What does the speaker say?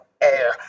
air